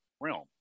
realm